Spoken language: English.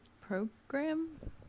program